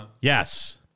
yes